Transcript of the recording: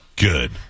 good